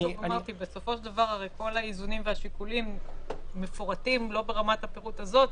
בסופו של דבר כל האיזונים והשיקולים מפורטים לא ברמת הפירוט הזאת,